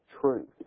truth